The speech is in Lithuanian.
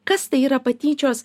kas tai yra patyčios